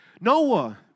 Noah